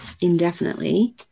indefinitely